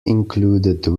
included